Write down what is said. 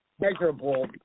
measurable